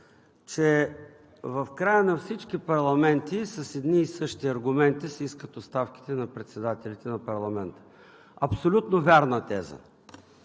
че в края на всички парламенти с едни и същи аргументи се искат оставките на председателите на парламента. Абсолютно вярна е